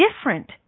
different